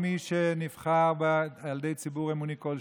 כל מי שנבחר על ידי ציבור אמוני כלשהו,